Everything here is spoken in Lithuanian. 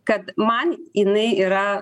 kad man jinai yra